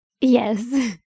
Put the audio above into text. Yes